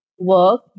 work